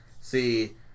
See